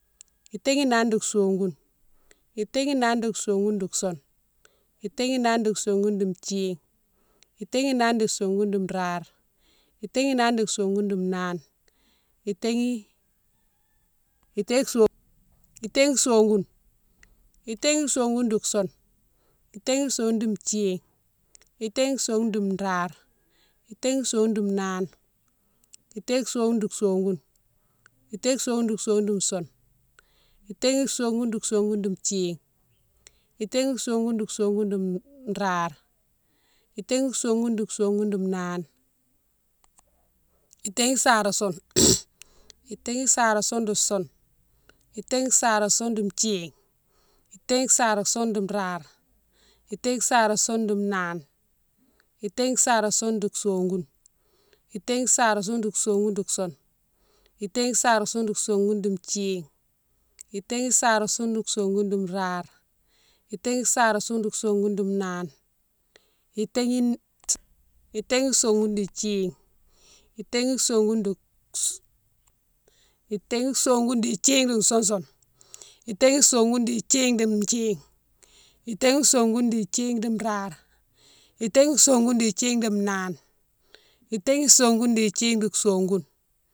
itaghi nane di sogoune, itaghi nane di sogoune di soune, itaghi nane di sogoune di thine, itaghi nane di sogoune di rare, itaghi nane di sogoune di nane, itaghi, itaghi so, itaghi sogoune. Itaghi sogoune di soune, itaghi sogoune di thine, itaghi sogoune di rare, itaghi sogoune di nane, itaghi sogoune di sogoune, itaghi sogoune di sogoune di soune, itaghi sogoune di sogoune di thine, itaghi sogoune di sogoune di rare, itaghi sogoune di sogoune di nane, itaghi saré soune, itaghi saré soune di soune, itaghi saré soune di thine, itaghi saré soune di rare, itaghi saré soune di nane, itaghi saré soune di sogoune, itaghi saré soune di sogoune di soune, itaghi saré soune di sogoune di thine, itaghi saré soune di sogoune di rare, itaghi saré soune di sgoune di nane, itaghi, itaghi sogoune di thine, itaghi sogoune di, itaghi sogoune di thine di sousoune, itaghi sogoune di thine di thine, itaghi sogoune di thine di rare, itaghi sogoune di thine di nane, itaghi sogoune di thine di sogoune.